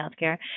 healthcare